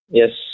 yes